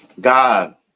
God